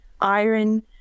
iron